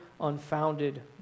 unfounded